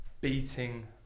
beating